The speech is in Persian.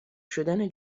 شدن